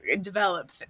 develop